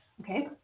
Okay